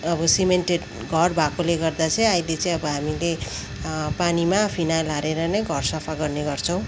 अबो सिमेन्टेड घर भएकोले गर्दा चाहिँ अहिले चाहिँ अब हामीले पानीमा फिनाइल हालेर नै घर सफा गर्ने गर्छौँ